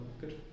good